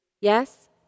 Yes